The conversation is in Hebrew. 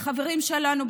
בחברים שלנו,